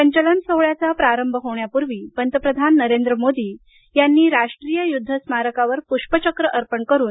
संचालन सोहळ्याचा प्रारंभ होण्यापूर्वी पंतप्रधान नरेंद्र मोदी यांनी राष्ट्रीय युद्ध स्मारकावर पृष्पचक्र अर्पण करून